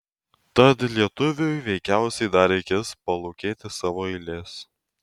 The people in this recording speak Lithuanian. tad lietuviui veikiausiai dar reikės palūkėti savo eilės